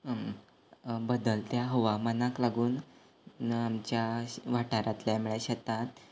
बदलत्या हवामानाक लागून आमच्या वाठारांतल्या म्हणल्यार शेतांत